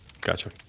Gotcha